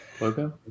logo